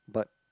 but